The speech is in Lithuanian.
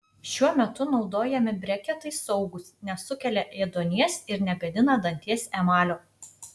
šiuo metu naudojami breketai saugūs nesukelia ėduonies ir negadina danties emalio